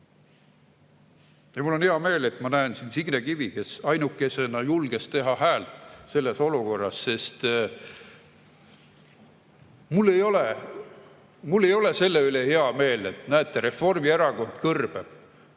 Mul on hea meel, et ma näen siin Signe Kivi, kes ainukesena julges teha häält selles olukorras. Mul ei ole selle üle hea meel, et näete, Reformierakond kõrbeb.